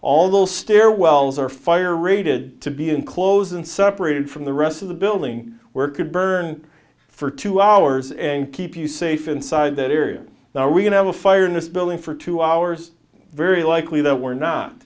all those stairwells are fire rated to be enclosed and separated from the rest of the building where it could burn for two hours and keep you safe inside that area now we can have a fire in this building for two hours very likely that we're not